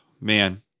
Man